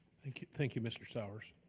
thank you mr. saurs.